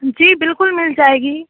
جی بالکل مل جائے گی